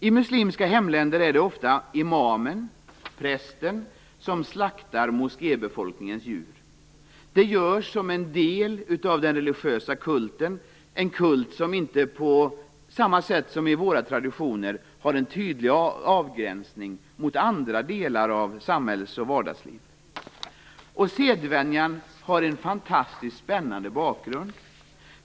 I muslimska hemländer är det ofta imamen - prästen - som slaktar moskébefolkningens djur. Det görs som en del i den religiösa kulten - en kult som inte på samma sätt som i våra traditioner har en tydlig avgränsning mot andra delar av samhällets vardagsliv. Sedvänjan har en fantastiskt spännande bakgrund.